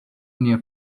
near